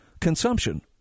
consumption